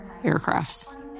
Aircrafts